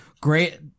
Great